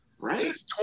Right